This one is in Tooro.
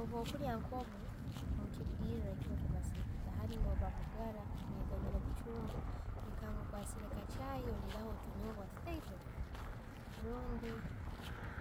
Obwokulya nkobwo nekirugiira ekiiro kilibassiire handi no'ba mugaara, nuweganya kuchumba, oikanga okwasiire ottuchayi aliraho ottunyebwa tutiito rundi,